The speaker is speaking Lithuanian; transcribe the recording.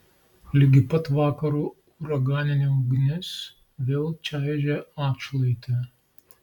ligi pat vakaro uraganinė ugnis vėl čaižė atšlaitę